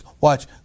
watch